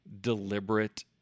deliberate